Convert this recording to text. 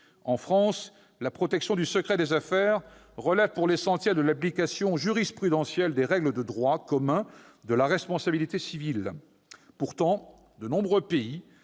en France, la protection du secret des affaires relève pour l'essentiel de l'application jurisprudentielle des règles de droit commun de la responsabilité civile. Pourtant, de nombreux pays,